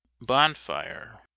bonfire